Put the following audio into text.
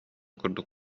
курдук